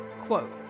quote